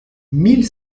mille